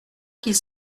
qu’ils